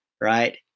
right